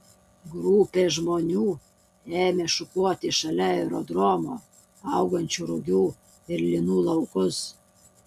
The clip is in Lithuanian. grupė žmonių ėmė šukuoti šalia aerodromo augančių rugių ir linų laukus